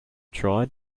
tried